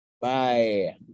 Bye